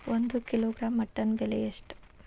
ಒಂದು kilogram mutton ಬೆಲೆ ಎಷ್ಟ್?